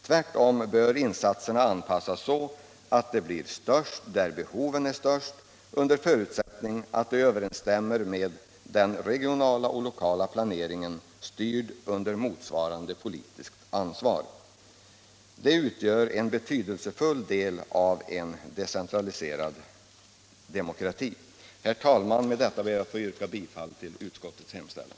Tvärtom bör insatserna anpassas så att de blir störst där behoven är störst — under förutsättning att det överensstämmer med den regionala och lokala planeringen, styrd under motsvarande politiskt ansvar. Det utgör en betydelsefull del av en decentraliserad demokrati. Herr talman! Med det anförda ber jag att få yrka bifall till utskottets hemställan.